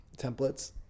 templates